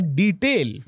detail